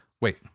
Wait